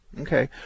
Okay